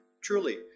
truly